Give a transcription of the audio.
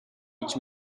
each